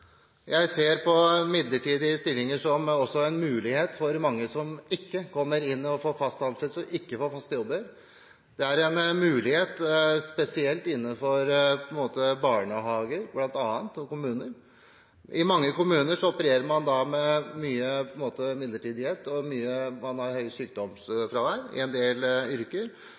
Jeg ser på midlertidige stillinger som en mulighet for mange av dem som ikke kommer inn og får fast ansettelse, som ikke får fast jobb. Det er en mulighet spesielt innenfor bl.a. barnehager og kommuner. I mange kommuner opererer man med mye midlertidighet, og man har et høyt sykdomsfravær i en del yrker.